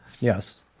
Yes